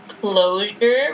closure